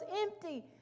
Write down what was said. empty